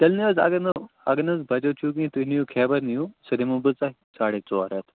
تیٚلہِ نہِ حظ اگر نہٕ اگر نہٕ حظ بَجَٹ چھُو کِہیٖنۍ تُہۍ نِیِو خیبَر نِیِو سُہ دِمو بہٕ تۄہہِ ساڑَے ژور ہَتھ